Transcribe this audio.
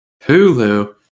Hulu